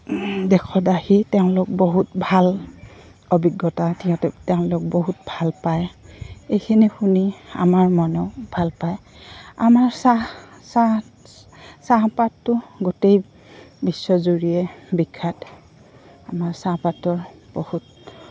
দেশত আহি তেওঁলোক বহুত ভাল অভিজ্ঞতা সিহঁতে তেওঁলোক বহুত ভাল পায় এইখিনি শুনি আমাৰ মনেও ভাল পায় আমাৰ চাহ চাহ চাহপাতটো গোটেই বিশ্বজুৰিয়ে বিখ্যাত আমাৰ চাহপাতৰ বহুত